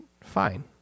fine